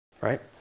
Right